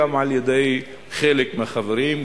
גם על-ידי חלק מהחברים,